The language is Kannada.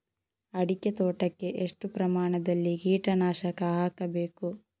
ಅಡಿಕೆ ತೋಟಕ್ಕೆ ಎಷ್ಟು ಪ್ರಮಾಣದಲ್ಲಿ ಕೀಟನಾಶಕ ಹಾಕಬೇಕು?